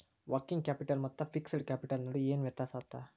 Working capital ಮತ್ತ fixed capital ನಡು ಏನ್ ವ್ಯತ್ತ್ಯಾಸದ?